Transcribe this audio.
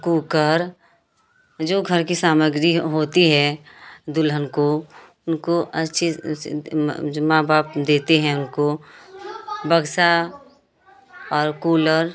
cooker जो घर की सामग्री होती हैं दुल्हन को उनको अच्छे जो माँ बाप देते हैं उनको बक्सा और कूलर